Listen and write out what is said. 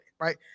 right